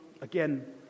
again